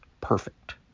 perfect